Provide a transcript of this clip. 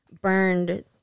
burned